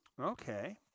okay